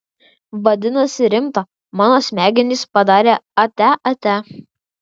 vadinasi rimta mano smegenys padarė atia atia